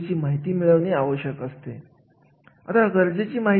आणि अशा कर्मचाऱ्यांना सुयोग्य मंजुरी देणे गरजेचे असते